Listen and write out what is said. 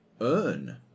earn